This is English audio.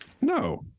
No